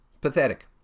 pathetic